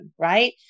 right